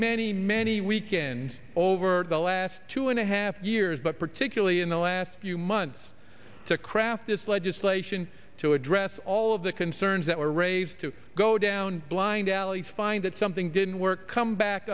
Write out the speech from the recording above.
many many weekend over the last two and a half years but particularly in the last few months to craft this legislation to address all of the concerns that were raised to go down blind alleys find that something didn't work come back